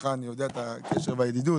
אני יודע את הקשר והידידות,